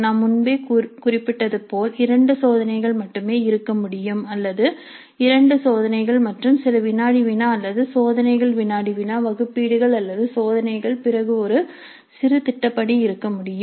நான் முன்பே குறிப்பிட்டது போல் இரண்டு சோதனைகள் மட்டுமே இருக்க முடியும் அல்லது இரண்டு சோதனைகள் மற்றும் சில வினாடி வினா அல்லது சோதனைகள் வினாடி வினா வகுப்பீடுகள் அல்லது சோதனைகள் பிறகு ஒரு சிறு திட்டப்பணி இருக்க முடியும்